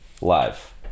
live